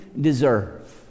deserve